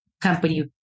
company